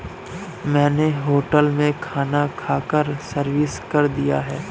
मैंने होटल में खाना खाकर सर्विस कर दिया है